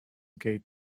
gate